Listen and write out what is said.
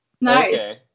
Nice